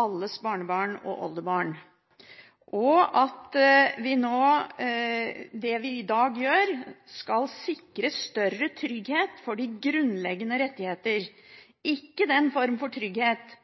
alles barnebarn, og oldebarn. Det vi i dag gjør, skal sikre større trygghet for de grunnleggende rettigheter – ikke den form for trygghet